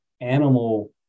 animal